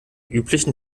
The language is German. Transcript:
üblichen